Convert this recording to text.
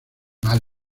mal